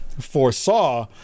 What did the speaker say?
foresaw